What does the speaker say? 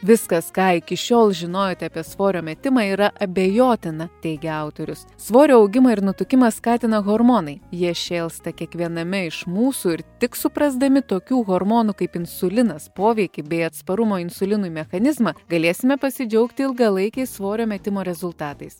viskas ką iki šiol žinojote apie svorio metimą yra abejotina teigia autorius svorio augimą ir nutukimą skatina hormonai jie šėlsta kiekviename iš mūsų ir tik suprasdami tokių hormonų kaip insulinas poveikį bei atsparumo insulinui mechanizmą galėsime pasidžiaugti ilgalaikiais svorio metimo rezultatais